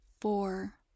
four